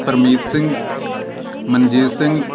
Parmeet Singh Manjeet Singh